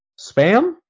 Spam